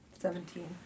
Seventeen